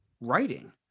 writing